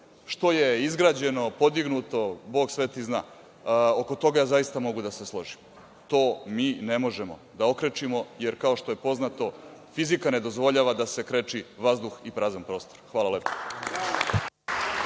što je izgrađeno, podignuto, bog sveti zna, oko toga zaista mogu da se složim. To mi ne možemo da okrečimo jer, kao što je poznato, fizika ne dozvoljava da se kreči vazduh i prazan prostor. Hvala lepo.